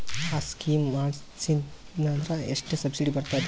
ಆ ಸ್ಕೀಮ ಮಾಡ್ಸೀದ್ನಂದರ ಎಷ್ಟ ಸಬ್ಸಿಡಿ ಬರ್ತಾದ್ರೀ?